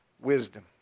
wisdom